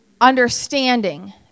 understanding